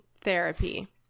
therapy